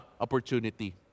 opportunity